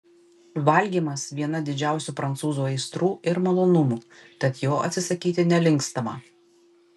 valgymas viena didžiausių prancūzų aistrų ir malonumų tad jo atsisakyti nelinkstama